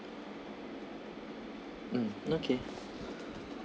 mm okay